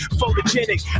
photogenic